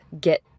get